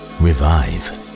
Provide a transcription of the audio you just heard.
revive